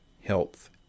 health